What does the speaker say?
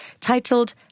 titled